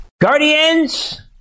Guardians